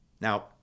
Now